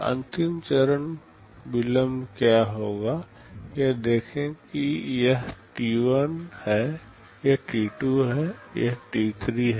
अधिकतम चरण विलंब क्या होगा यह देखें कि यह t1 है यह t2 है यह t3 है